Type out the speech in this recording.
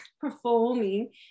performing